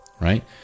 right